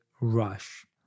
rush